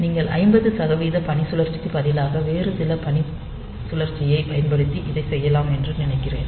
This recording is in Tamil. நீங்கள் 50 சதவிகிதம் பணிசுழற்சிக்கு பதிலாக வேறு சில பணிசுழற்சியைப் பயன்படுத்தி இதைச் செய்யலாம் என்று நினைக்கிறேன்